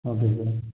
okay sir